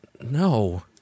No